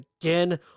again